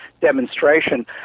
demonstration